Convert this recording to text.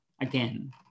again